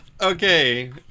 Okay